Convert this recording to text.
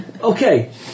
Okay